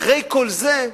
אחרי כל זה,